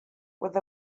with